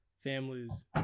families